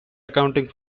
accounting